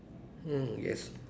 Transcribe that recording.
mm yes